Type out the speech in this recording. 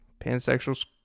Pansexuals